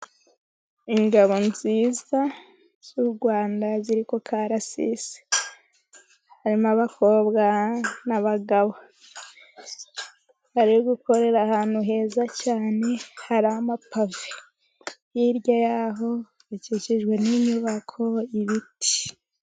Ingabo nziza z'u Rwanda, ziri ku karasisi harimo abakobwa n'abagabo bari gukorera ahantu heza cyane, hari amapave hirya y'aho hakikijwe n'inyubako ibiti.